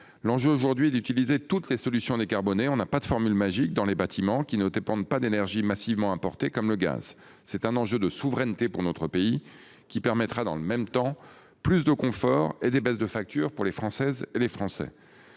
L'enjeu est d'utiliser toutes les solutions décarbonées- il n'y a pas de formule magique -dans les bâtiments qui ne dépendent pas d'énergies massivement importées, comme le gaz. C'est un enjeu de souveraineté pour notre pays et cela permettra dans le même temps de garantir plus de confort et des baisses de facture pour les Français. Le Gouvernement